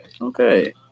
okay